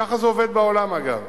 ככה זה עובד בעולם, אגב.